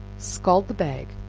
scald the bag,